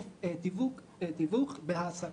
תיווך בהעסקה.